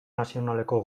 nazionaleko